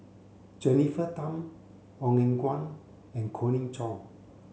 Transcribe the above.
Jennifer Tham Ong Eng Guan and Colin Cheong